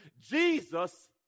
Jesus